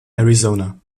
arizona